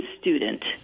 student